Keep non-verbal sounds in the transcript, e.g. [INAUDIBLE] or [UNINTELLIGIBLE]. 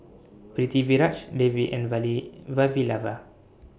Pritiviraj Devi and [UNINTELLIGIBLE] Vavilala